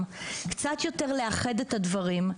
לאחד קצת יותר את הדברים.